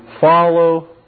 follow